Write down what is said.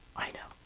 i know.